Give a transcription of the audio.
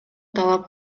талап